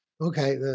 Okay